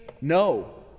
No